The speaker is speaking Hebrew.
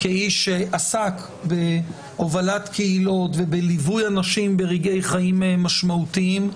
כמי שעסק בהובלת קהילות ובליווי אנשים ברגעי חיים משמעותיים,